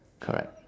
correct